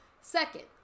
Second